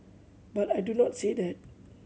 but I do not say that